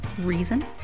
Reason